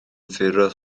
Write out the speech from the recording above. firws